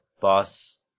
boss